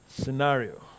scenario